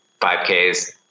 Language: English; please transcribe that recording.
5Ks